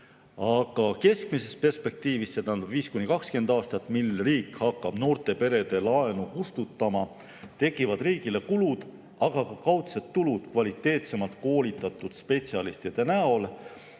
Keskmises perspektiivis, see tähendab 5–20 aastat, mil riik hakkab noorte perede laenu kustutama, tekivad riigile kulud, aga ka kaudsed tulud kvaliteetsemalt koolitatud spetsialistide näol.